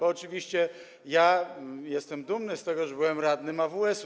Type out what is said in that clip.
Oczywiście jestem dumny z tego, że byłem radnym AWS-u.